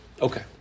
Okay